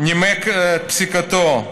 נימק את פסיקתו: